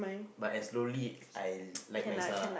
but I slowly I like maths lah